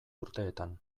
urteetan